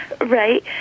Right